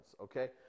Okay